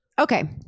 Okay